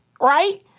right